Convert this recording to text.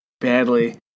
badly